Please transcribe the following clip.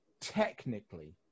technically